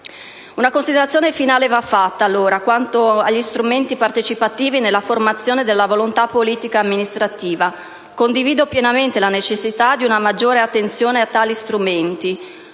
Una considerazione finale va fatta, allora, quanto agli strumenti partecipativi nella formazione della volontà politica e amministrativa. Condivido pienamente la necessità di una maggiore attenzione a tali strumenti.